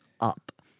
up